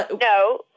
No